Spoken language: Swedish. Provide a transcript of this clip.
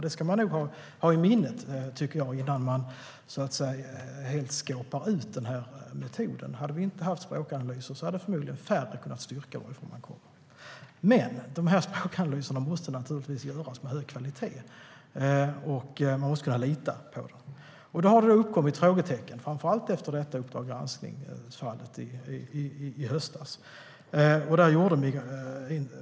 Det tycker jag nog att vi ska ha i minnet innan vi avfärdar metoden helt. Om vi inte hade haft språkanalyser hade förmodligen färre kunnat styrka var de kommer ifrån. Språkanalyserna måste dock göras med hög kvalitet. Det måste gå att lita på dem. Det har uppkommit frågetecken, framför allt efter fallet som togs upp i Uppdrag granskning i höstas.